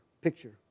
picture